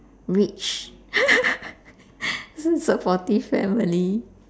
rich supportive family